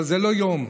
אבל זה לא יום,